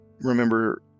remember